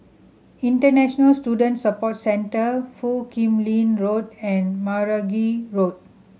International Student Support Centre Foo Kim Lin Road and Meragi Road